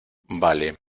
vale